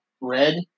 red